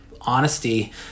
honesty